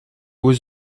was